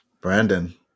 Brandon